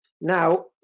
now